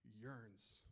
yearns